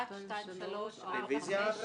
הצבעה בעד הרוויזיה 4 נגד,